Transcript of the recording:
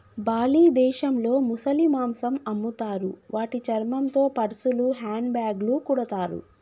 Bali దేశంలో ముసలి మాంసం అమ్ముతారు వాటి చర్మంతో పర్సులు, హ్యాండ్ బ్యాగ్లు కుడతారు